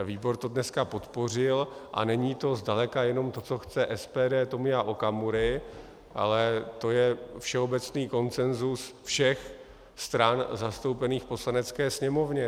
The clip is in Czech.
Výbor to dneska podpořil a není to zdaleka jenom to, co chce SPD Tomia Okamury, ale je to všeobecný konsenzus všech stran zastoupených v Poslanecké sněmovně.